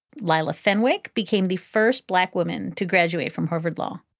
lyla fenwick became the first black woman to graduate from harvard law.